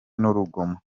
n’urugomo